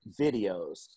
videos